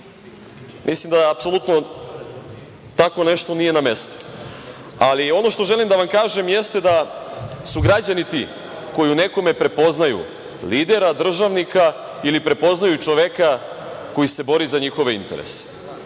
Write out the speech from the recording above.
Mislim da tako nešto apsolutno nije na mestu. Ono što želim da vam kažem jeste da su građani ti koji u nekome prepoznaju lidera, državnika ili prepoznaju čoveka koji se bori za njihove interese.